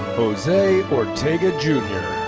jose ortega, jnr.